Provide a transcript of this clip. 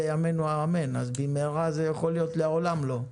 זה יכול להיות לעולם לא.